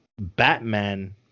Batman